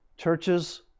Churches